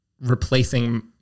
replacing